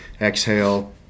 exhale